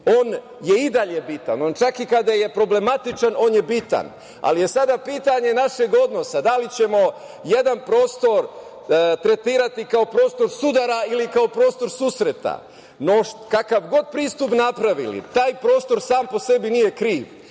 On je i dalje bitan. On čak i kada je problematičan, on je bitan, ali je sada pitanje našeg odnosa da li ćemo jedan prostor tretirati kao prostor sudara ili kao prostor susreta. Kakav god pristup napravili, taj prostor sam po sebi nije kriv.